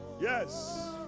Yes